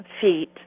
feet